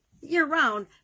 year-round